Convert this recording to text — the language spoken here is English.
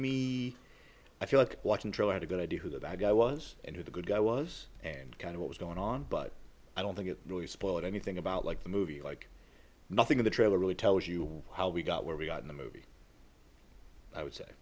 he i feel like watching true i had a good idea who the bad guy was and who the good guy was and kind of what was going on but i don't think it really spoiled anything about like the movie like nothing in the trailer really tells you how we got where we are in the movie i would say